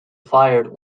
fired